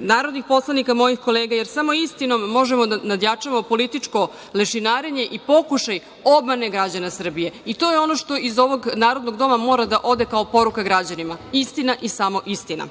narodnih poslanika, mojih kolega, jer samo istinom možemo da nadjačamo političko lešinarenje i pokušaj obmane građana Srbije. I to je ono što iz ovog narodnog Doma mora da ode kao poruka građanima, istina i samo istina.